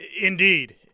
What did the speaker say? Indeed